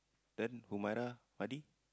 then Humaira Hadi